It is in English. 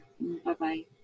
Bye-bye